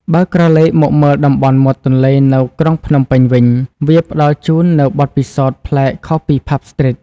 បើក្រឡេកមកមើលតំបន់មាត់ទន្លេនៅក្រុងភ្នំពេញវិញ វាផ្តល់ជូននូវបទពិសោធន៍ប្លែកខុសពី Pub Street។